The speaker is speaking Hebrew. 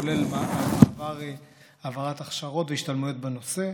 כולל העברת הכשרות והשתלמויות בנושא.